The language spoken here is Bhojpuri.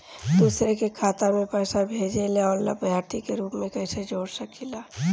दूसरे के खाता में पइसा भेजेला और लभार्थी के रूप में कइसे जोड़ सकिले?